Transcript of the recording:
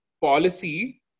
policy